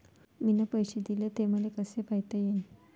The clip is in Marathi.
मिन पैसे देले, ते मले कसे पायता येईन?